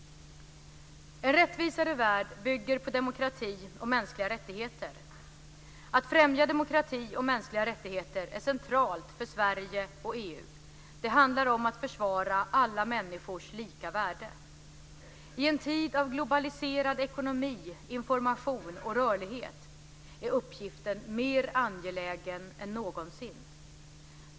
En rättvisare värld bygger på demokrati och mänskliga rättigheter. Att främja demokrati och mänskliga rättigheter är centralt för Sverige och EU. Det handlar om att försvara alla människors lika värde. I en tid av globaliserad ekonomi, information och rörlighet är uppgiften mer angelägen än någonsin.